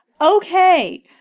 Okay